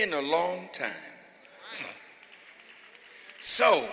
in a long time so